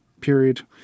period